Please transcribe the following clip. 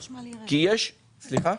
סליחה?